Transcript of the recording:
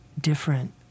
different